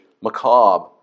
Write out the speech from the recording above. macabre